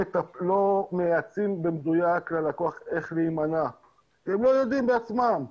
לא מייעצים במדויק ללקוח איך להימנע כי הם לא יודעים בעצמם.